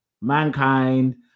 mankind